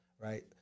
right